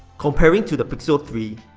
comparing to the pixel three,